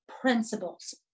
principles